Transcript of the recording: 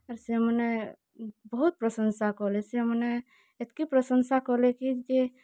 ଆର୍ ସେମାନେ ବହୁତ୍ ପ୍ରଶଂସା କଲେ ସେମାନେ ଏତ୍କି ପ୍ରଶଂସା କଲେ କି ଯେ